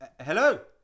hello